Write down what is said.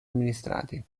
amministrati